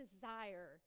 desire